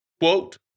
quote